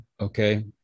okay